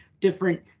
different